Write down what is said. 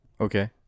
Okay